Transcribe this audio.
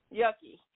yucky